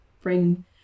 bring